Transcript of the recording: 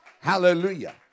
Hallelujah